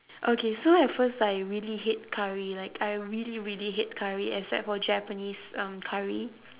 okay so at first I really hate curry like I really really hate curry except for japanese um curry